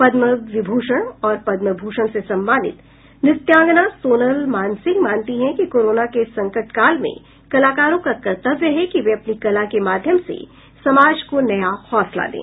पद्मविभूषण और पद्मभूषण से सम्मानित नृत्यांगना सोनल मानसिंह मानती हैं कि कोरोना के इस संकटकाल में कलाकारों का कर्तव्य है कि वे अपनी कला के माध्यम से समाज को नया हौसला दें